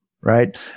right